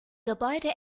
gebäude